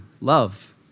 love